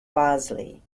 bosley